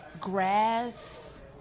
Grass